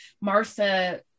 Martha